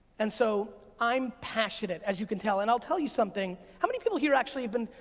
and so i'm passionate, as you can tell, and i'll tell you something. how many people here actually even,